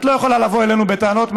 את לא יכולה לבוא אלינו בטענות.